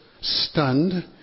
stunned